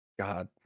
God